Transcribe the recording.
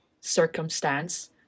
circumstance